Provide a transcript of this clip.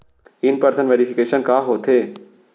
In person verification का होथे?